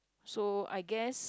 so I guess